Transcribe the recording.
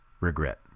regret